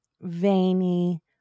veiny